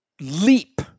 leap